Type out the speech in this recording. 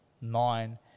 nine